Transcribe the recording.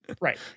Right